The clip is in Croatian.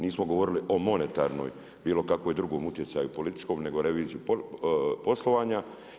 Nismo govorili o monetarnoj, bilo kakvoj utjecaju političkom, nego reviziju poslovanja.